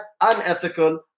unethical